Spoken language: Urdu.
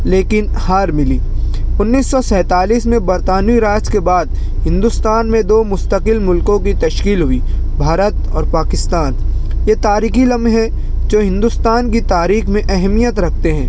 لیکن ہار ملی انیس سو سینتالیس میں برطانوی راج کے بعد ہندوستان میں دو مستقل ملکوں کی تشکیل ہوئی بھارت اور پاکستان یہ تاریخی لمحے جو ہندوستان کی تاریخ میں اہمیت رکھتے ہیں